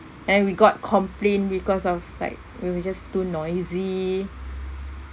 and we got complain because of like we were just too noisy